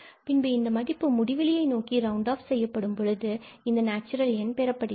பின்பு இந்த மதிப்பு முடிவிலியை நோக்கி ரவுண்ட் செய்யப்படும் பொழுது இந்த நேச்சுரல் எண் பெறப்படுகிறது